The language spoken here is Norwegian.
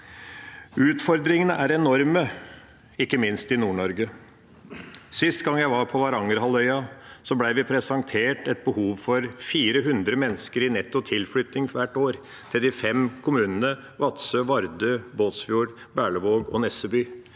Utfordringene er enorme, ikke minst i Nord-Norge. Sist gang jeg var på Varangerhalvøya, ble vi presentert et behov for 400 mennesker i netto tilflytting hvert år til de fem kommunene Vadsø, Vardø, Båtsfjord, Berlevåg og Nesseby.